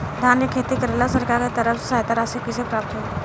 धान के खेती करेला सरकार के तरफ से सहायता राशि कइसे प्राप्त होइ?